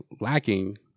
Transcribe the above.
lacking